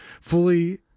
fully